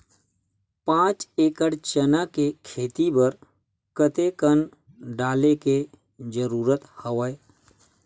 पांच एकड़ चना के खेती बर कते कन डाले के जरूरत हवय?